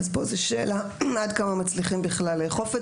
פה זאת שאלה עד כמה מצליחים בכלל לאכוף את